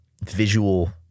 visual